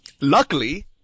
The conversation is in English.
Luckily